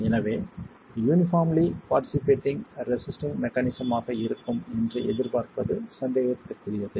எனவே uniformly participating resisting mechanism ஆக இருக்கும் என்று எதிர்பார்ப்பது சந்தேகத்திற்குரியது